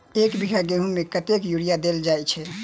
एक बीघा गेंहूँ मे कतेक यूरिया देल जाय छै?